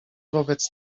wobec